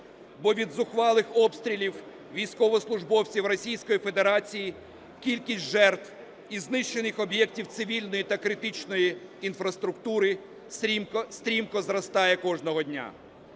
Бо від зухвалих обстрілів військовослужбовців Російської Федерації, кількість жертв і знищених об'єктів цивільної та критичної інфраструктури стрімко зростає кожного дня.